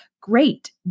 great